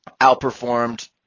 outperformed